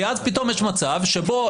כי אז פתאום יש מצב שבו